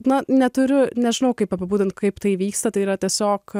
na neturiu nežinau kaip apibūdinti kaip tai įvyksta tai yra tiesiog